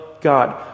God